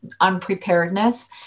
unpreparedness